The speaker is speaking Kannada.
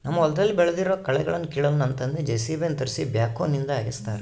ನಮ್ಮ ಹೊಲದಲ್ಲಿ ಬೆಳೆದಿರುವ ಕಳೆಗಳನ್ನುಕೀಳಲು ನನ್ನ ತಂದೆ ಜೆ.ಸಿ.ಬಿ ಯನ್ನು ತರಿಸಿ ಬ್ಯಾಕ್ಹೋನಿಂದ ಅಗೆಸುತ್ತಾರೆ